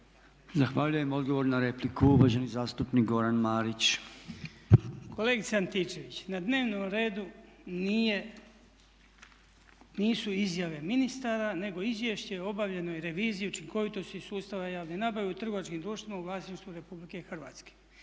Zahvaljujem. Odgovor na repliku, uvaženi zastupnik Goran Marić. **Marić, Goran (HDZ)** Kolegice Antičević na dnevnom redu nisu izjave ministara nego Izvješće o obavljenoj reviziji učinkovitosti sustava javne nabave u trgovačkim društvima u vlasništvu Republike Hrvatske